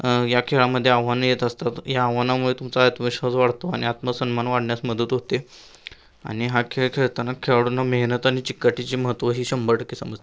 या खेळामध्ये आव्हानं येत असतात या आव्हानामुळे तुमचा आत्मविश्वास वाढतो आणि आत्मसन्मान वाढण्यास मदत होते आणि हा खेळ खेळताना खेळाडूंना मेहनत आणि चिकाटीची महत्त्व ही शंभर टक्के समजतो